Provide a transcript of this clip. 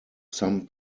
some